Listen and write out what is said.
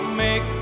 make